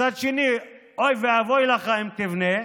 מצד שני, אוי ואבוי לך אם תבנה,